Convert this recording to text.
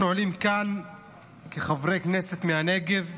אנחנו עולים כאן כחברי כנסת מהנגב,